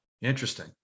Interesting